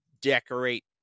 decorate